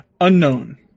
Unknown